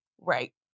Right